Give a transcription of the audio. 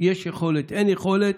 יכולת או אין יכולת,